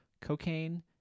cocaine